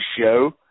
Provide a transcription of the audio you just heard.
show